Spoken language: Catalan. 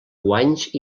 guanys